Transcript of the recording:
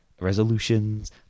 resolutions